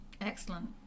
excellent